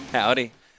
Howdy